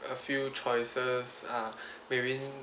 a few choices uh maybe